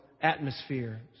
atmosphere